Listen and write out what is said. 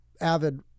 avid